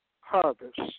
harvest